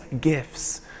gifts